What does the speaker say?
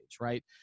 right